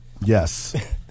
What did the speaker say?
Yes